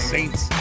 Saints